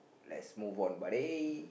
let's move on buddy